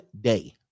day